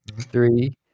Three